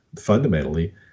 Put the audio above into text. fundamentally